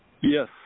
Yes